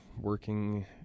working